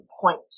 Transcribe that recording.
point